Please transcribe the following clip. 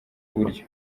buryo